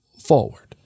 forward